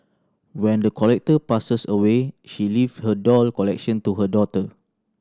when the collector passes away she leave her doll collection to her daughter